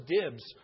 dibs